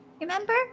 Remember